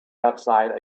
outside